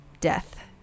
death